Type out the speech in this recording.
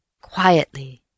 quietly